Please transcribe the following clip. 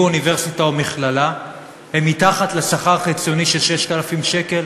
אוניברסיטה או מכללה הן מתחת לשכר חציוני של 6,000 שקל?